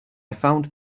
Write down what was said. found